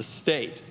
the state